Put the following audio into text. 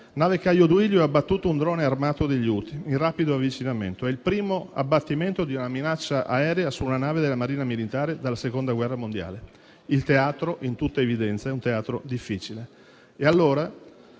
nave Caio Duilio ha abbattuto un drone armato degli Houthi in rapido avvicinamento: è il primo abbattimento di una minaccia aerea su una nave della Marina militare dalla Seconda guerra mondiale. Il teatro, in tutta evidenza, è un teatro difficile.